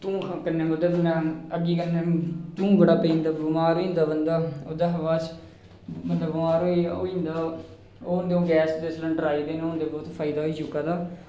धूआं कन्नै अग्गी कशें धूं बड़ा पेई जंदा बमार होई जंदा बंदा ते ओह्दे कशा बाद बंदा बमार होई जंदा हून ते गैस सलैंडर आई गेदे न हून ते फायदा होई गेदा ऐ